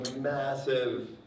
massive